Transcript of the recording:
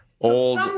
old